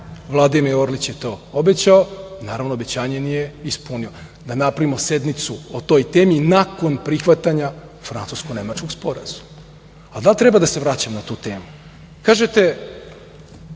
Vladimir Orlić je to obećao i, naravno, obećanje nije ispunio, da napravimo sednicu o toj temi, nakon prihvatanja Francusko-nemačkog sporazuma. Ali, da li treba da se vraćam na tu